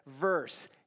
verse